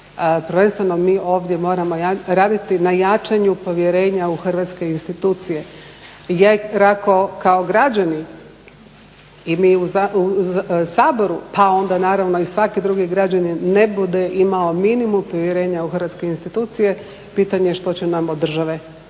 prvenstveno mi ovdje moramo raditi na jačanju povjerenja u hrvatske institucije. Jer ako kao građani i mi u Saboru, pa onda naravno i svaki drugi građanin ne bude imao minimum povjerenja u hrvatske institucije pitanje što će nam od države naravno